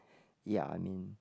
ya I mean